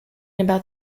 about